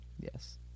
Yes